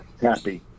happy